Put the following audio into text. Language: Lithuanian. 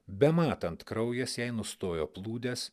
bematant kraujas jai nustojo plūdęs